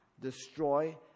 destroy